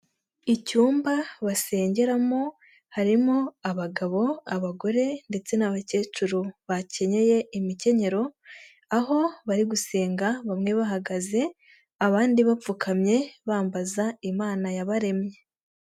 Icyumba basengeramo harimo abagabo, abagore ndetse n'abakecuru bakenyeye imikenyero, aho bari gusenga bamwe bahagaze abandi bapfukamye bambaza Imana yabaremye.